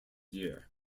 year